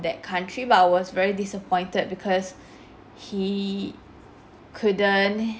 that country but I was very disappointed because he couldn't